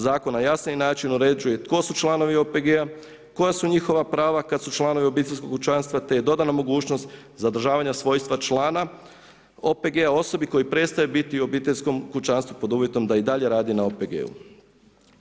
Zakon na jasniji način uređuje tko su članovi OPG-a, koja su njihova prava kad su članovi obiteljskog kućanstva te je dodana mogućnost zadržavanja svojstva člana OPG-a osobi koja prestaje biti u obiteljskom kućanstvu pod uvjetom da i dalje radi na OPG-u.